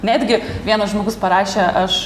netgi vienas žmogus parašė aš